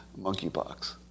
monkeypox